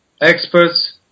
experts